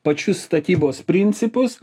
pačius statybos principus